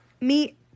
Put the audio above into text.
meet